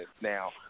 Now